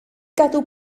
gadw